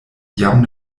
jam